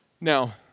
Now